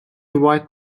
white